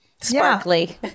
Sparkly